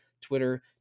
Twitter